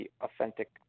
authentic